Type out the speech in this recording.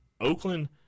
Oakland